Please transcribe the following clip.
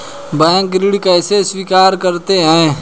Bank ऋण कैसे स्वीकृत करते हैं?